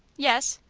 yes.